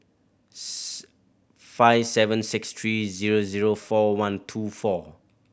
five seven six three zero zero four one two four